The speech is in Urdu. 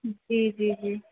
جی جی جی